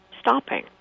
stopping